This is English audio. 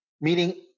meaning